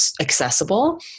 accessible